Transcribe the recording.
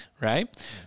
right